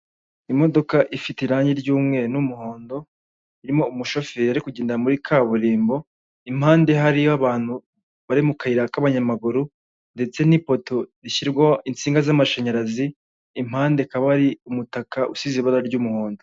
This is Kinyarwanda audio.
Imodoka ifite irangi ry'umweru n'umuhondo, irimo umushoferi ari kugenda muri kaburimbo, impande hariyo abantu bari mu kayira k'abanyamaguru ndetse n'ipoto rishyirwaho insinga z'amashanyarazi, impande hakaba hari umutaka usize ibara ry'umuhondo.